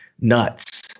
nuts